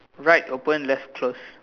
right open left close